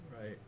right